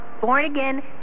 born-again